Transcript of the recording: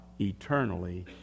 eternally